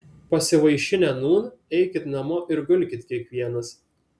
pasivaišinę nūn eikit namo ir gulkit kiekvienas